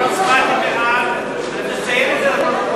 אני הצבעתי בעד, ואני רוצה לציין את זה לפרוטוקול.